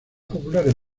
populares